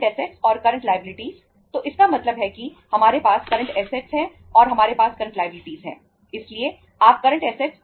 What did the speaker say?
इसका मतलब है कि करंट ऐसेटस है